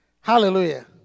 Hallelujah